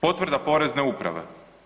Potvrda Porezne uprave.